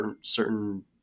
certain